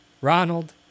Ronald